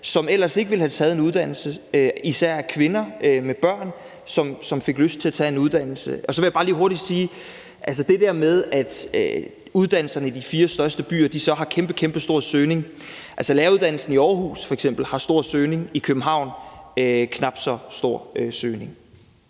som ellers ikke ville have taget en uddannelse, især kvinder med børn, som fik lyst til at tage en uddannelse. Og så vil jeg bare lige hurtigt sige til det der med, at uddannelserne i de fire største byer har kæmpe, kæmpe stor søgning: Læreruddannelsen i Aarhus f.eks. har stor søgning; i København har den knap så stor søgning.